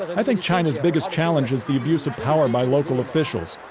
i think china's biggest challenge is the abuse of power by local officials.